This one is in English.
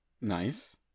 nice